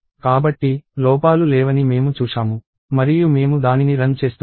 కాబట్టి లోపాలు లేవని మేము చూశాము మరియు మేము దానిని రన్ చేస్తున్నాము